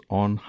on